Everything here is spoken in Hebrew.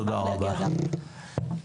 תודה רבה.